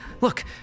Look